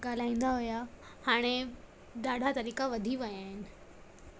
ॻाल्हाईंदा हुआ हाणे ॾाढा तरीक़ा वधी विया आहिनि